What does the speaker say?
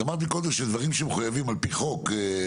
אמרת מקודם שדברים שמחויבים על פי חוק,